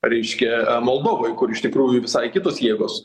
reiškia moldovoj kur iš tikrųjų visai kitos jėgos